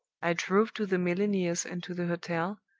i drove to the milliner's and to the hotel,